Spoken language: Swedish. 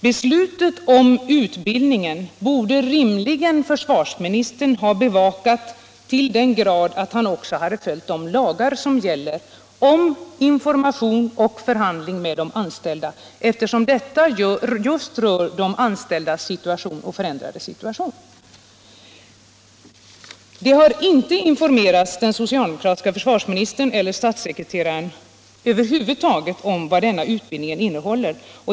Beslutet om utbildningen borde rimligen försvarsministern ha bevakat till den grad att han också hade följt de lagar som gäller om information till och förhandling med de anställda, eftersom detta rör just de anställdas förändrade situation. Den socialdemokratiske försvarsministern och den socialdemokratiske statssekreteraren har över huvud taget inte fått någon information om vad den aktuella utbildningen innehåller.